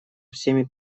всеми